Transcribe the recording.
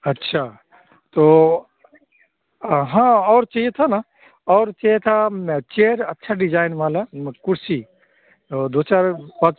अच्छा तो हाँ और चाहिए था ना और चाहिए था चेयर अच्छी डिजाइन वाली कुर्सी दो चार पक